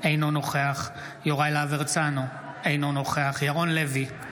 אינו נוכח יוראי להב הרצנו, אינו נוכח ירון לוי,